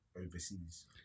overseas